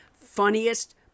Funniest